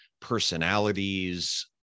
personalities